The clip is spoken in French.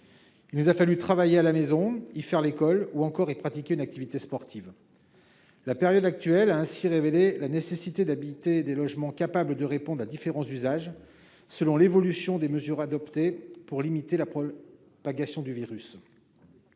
Il nous a fallu travailler à la maison, y faire l'école ou encore y pratiquer une activité sportive. La période actuelle a ainsi révélé la nécessité d'habiter des logements susceptibles de répondre à différents usages selon l'évolution des mesures adoptées pour limiter la propagation du virus.